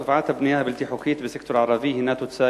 תופעת הבנייה הבלתי-חוקית בסקטור הערבי הינה תוצאה